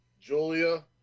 Julia